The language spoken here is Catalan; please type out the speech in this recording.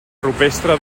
rupestre